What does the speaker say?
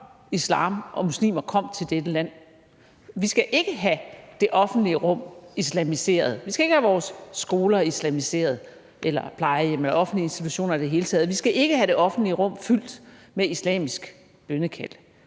islam og muslimer kom til dette land. Vi skal ikke have det offentlige rum islamiseret, vi skal ikke have vores skoler eller plejehjem eller offentlige institutioner i det hele taget islamiseret. Vi skal ikke have det offentlige rum fyldt med islamisk bønnekald.